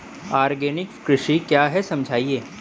Organic कृषि क्या है समझाइए?